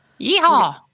Yeehaw